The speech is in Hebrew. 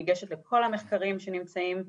ניגשת לכל המחקרים שנמצאים בחו"ל,